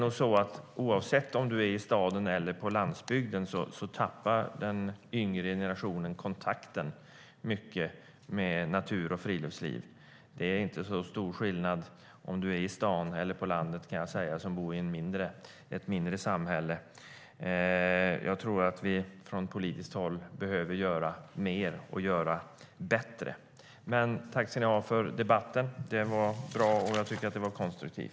Oavsett om man bor i staden eller på landsbygden tappar den yngre generationen tyvärr alltmer kontakten med natur och friluftsliv. Det är inte så stor skillnad på om du bor i staden eller på landet. Det kan jag säga som bor i ett mindre samhälle. Jag tror att vi från politiskt håll behöver göra mer och göra bättre. Jag tackar för debatten. Den var bra och konstruktiv.